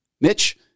Mitch